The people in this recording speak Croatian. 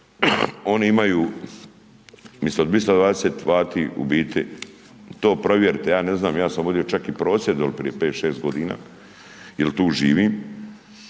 oni imaju umjesto 220 W u biti, to provjerite, ja ne znam, ja sam ovdje čak i prosvjedovao prije 5-6 godina jer tu živim.